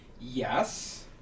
Yes